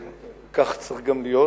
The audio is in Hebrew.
וכך צריך גם להיות.